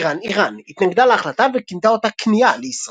איראן איראן התנגדה להחלטה וכינתה אותה "כניעה" לישראל.